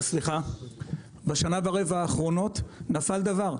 בשנה ורבע האחרונות נפל דבר,